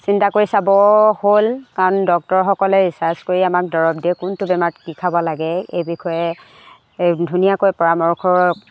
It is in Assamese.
চিন্তা কৰি চাব হ'ল কাৰণ ডক্টৰসকলে ৰিচাৰ্চ কৰি আমাক দৰৱ দিয়ে কোনটো বেমাৰ কি খাব লাগে এই বিষয়ে ধুনীয়াকৈ পৰামৰ্শ